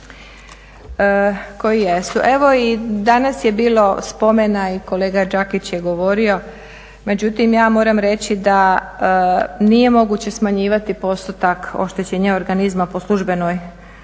koji jesu. Evo i danas je bilo spomena, i kolega Đakić je govorio, međutim ja moram reći da nije moguće smanjivati postotak oštećenja organizma po službenoj dužnosti